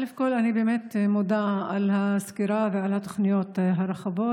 אני באמת מודה על הסקירה ועל התוכניות הרחבות,